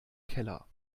keller